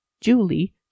Julie